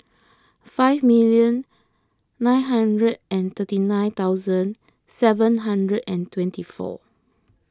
five million nine hundred and thirty nine thousand seven hundred and twenty four